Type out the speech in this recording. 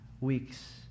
weeks